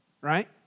right